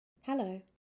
Hello